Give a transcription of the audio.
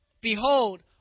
Behold